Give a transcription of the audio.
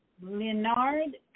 Leonard